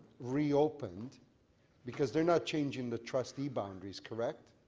reopened because they are not changeing the trustee boundary ies, correct?